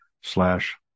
slash